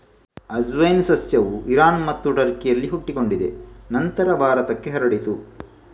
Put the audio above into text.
ಅಜ್ವೈನ್ ಸಸ್ಯವು ಇರಾನ್ ಮತ್ತು ಟರ್ಕಿನಲ್ಲಿ ಹುಟ್ಟಿಕೊಂಡಿದೆ ನಂತರ ಭಾರತಕ್ಕೆ ಹರಡಿತು